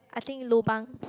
think lobang